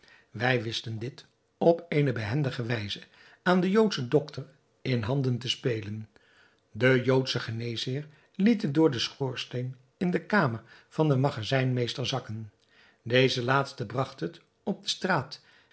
wij wisten dit op eene behendige wijze aan den joodschen doctor in handen te spelen de joodsche geneesheer liet het door den schoorsteen in de kamer van den magazijnmeester zakken deze laatste bragt het op de straat